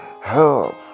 help